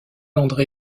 andré